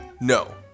No